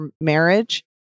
marriage